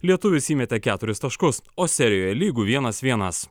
lietuvis įmetė keturis taškus o serijoje lygu vienas vienas